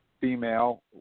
female